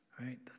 Right